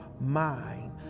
mind